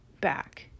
back